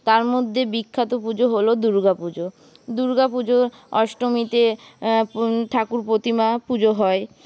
তার মধ্যে বিখ্যাত পুজো হল দুর্গাপুজো দুর্গাপুজোর অষ্টমীতে ঠাকুর প্রতিমা পুজো হয়